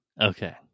Okay